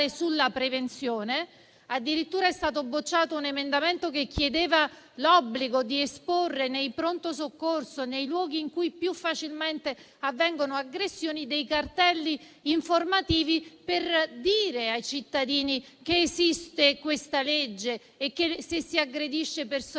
sulla prevenzione. Addirittura è stato bocciato un emendamento che chiedeva l'obbligo di esporre nei pronto soccorso, nei luoghi in cui più facilmente avvengono aggressioni, dei cartelli informativi per dire ai cittadini che esiste questa legge e che se si aggredisce personale